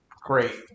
great